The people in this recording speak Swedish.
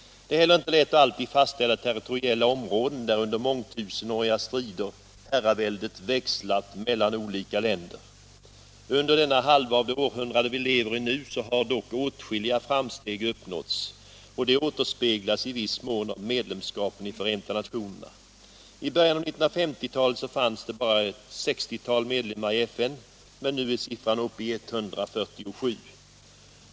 Det är heller inte lätt att alltid fastställa territoriella områden där under mångtusenåriga strider herraväldet växlat mellan olika länder. Under denna halva av det århundrade vi lever i har dock åtskilliga framsteg gjorts. Detta återspeglas i viss mån av medlemskapen i Förenta nationerna. I början av 1950-talet fanns det endast ett 60-tal medlemmar i FN, men nu är siffran uppe i 147.